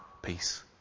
Peace